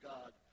God